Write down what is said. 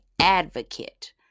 advocate